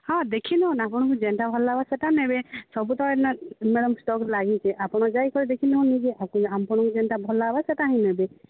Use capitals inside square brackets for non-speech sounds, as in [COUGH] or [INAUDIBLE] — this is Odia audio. ହଁ ଦେଖି ନଉନ୍ ଆପଣଙ୍କୁ ଯେନ୍ତା ଭଲ ଲାଗ୍ବା ସେଟା ନେବେ ସବୁ ତ ଏଇନେ ମ୍ୟାଡ଼ାମ୍ ଷ୍ଟକ୍ ଲାଗିଛେ ଆପଣ ଯାଇକରି ଦେଖି ନଉନ୍ [UNINTELLIGIBLE] ଆପଣଙ୍କୁ ଯେନ୍ତା ଭଲ ଲାଗ୍ବା ସେଟା ହିଁ ନେବେ